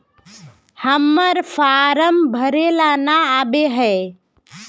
हम्मर फारम भरे ला न आबेहय?